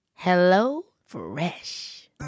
HelloFresh